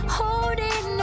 holding